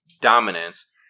dominance